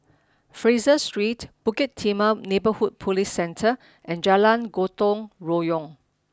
Fraser Street Bukit Timah Neighbourhood Police Centre and Jalan Gotong Royong